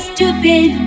Stupid